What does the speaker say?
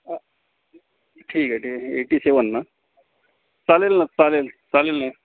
ठीक आहे ठीक आहे एटीसेव्हन ना चालेल ना चालेल चालेल ना